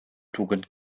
tugend